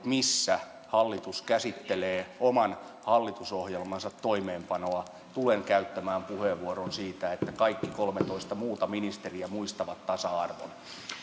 missä hallitus käsittelee oman hallitusohjelmansa toimeenpanoa tulen käyttämään puheenvuoron siitä että kaikki kolmetoista muuta ministeriä muistavat tasa arvon